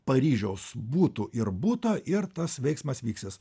paryžiaus butų ir buto ir tas veiksmas vyksiąs